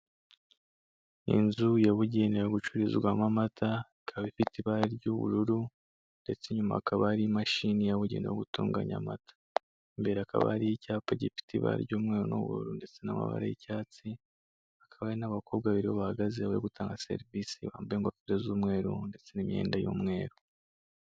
Inzu yabugenewe yo gucururizwamo amata ikaba ifite ibara ry'ubururu ndetse inyuma hakaba hari imashini yabugenewe yo gutunganya amata, imbere hakaba hari icyapa gifite ibara ry'umweru n'ubururu ndetse n'amabara y'icyatsi hakaba hari n'abakobwa babiri bahagaze bari gutanga serivisi bambaye ingofero z'umweru ndetse n'imyenda y'umweru.